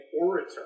orator